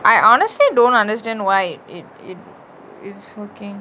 I honestly don't understand why it it's working